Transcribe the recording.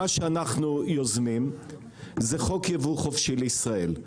מה שאנחנו יוזמים זה חוק יבוא חופשי לישראל.